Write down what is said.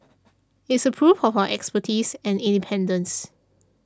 it's a proof of our expertise and independence